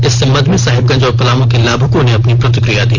इस संबंध में साहिबगंज और पलामू के लाभुकों ने अपनी प्रतिक्रिया दी